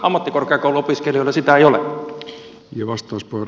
ammattikorkeakouluopiskelijoilla sitä ei ole